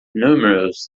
numerous